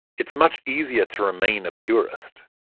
it's much easier to remain a purist.